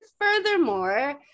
furthermore